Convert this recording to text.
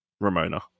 Ramona